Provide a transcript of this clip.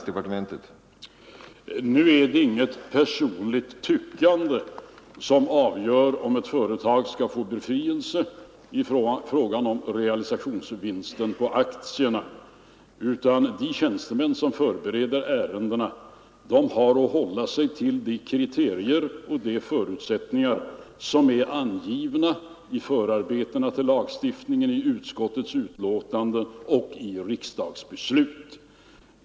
Herr talman! Nu är det inget personligt tyckande som avgör, om ett företag skall få skattebefrielse för realisationsvinsten på aktierna, utan de tjänstemän som förbereder ärendena har att hålla sig till de kriterier och förutsättningar som är angivna i förarbetena till lagstiftningen, i utskottsbetänkanden och i riksdagsbeslut.